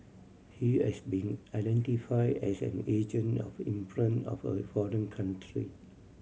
he has been identified as an agent of influence of a foreign country